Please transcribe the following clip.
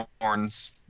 horns